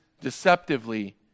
deceptively